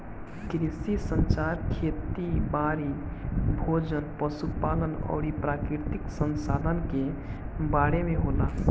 कृषि संचार खेती बारी, भोजन, पशु पालन अउरी प्राकृतिक संसधान के बारे में होला